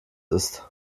ist